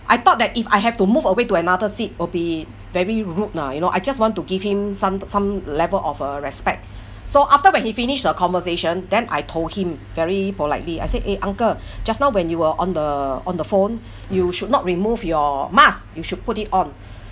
I thought that if I have to move away to another seat will be very rude lah you know I just want to give him some some level of uh respect so after when he finished the conversation then I told him very politely I said eh uncle just now when you were on the on the phone you should not remove your mask you should put it on